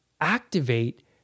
activate